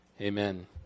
Amen